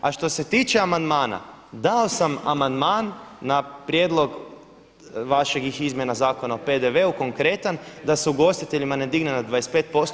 A što se tiče amandmana, dao sam amandman na prijedlog vaših izmjena Zakona o PDV-u konkretan da se ugostiteljima ne digne na 25%